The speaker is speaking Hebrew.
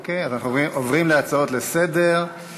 אוקיי, אז אנחנו עוברים להצעות לסדר-היום.